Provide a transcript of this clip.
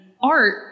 art